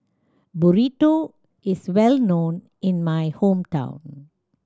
Burrito is well known in my hometown